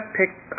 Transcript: picked